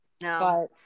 No